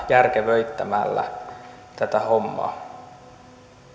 järkevöittämällä tätä hommaa